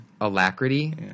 Alacrity